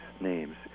names